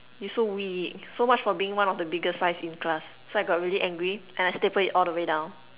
you so weak so much for being one of the biggest size in class so I got really angry and I stapled it all the way down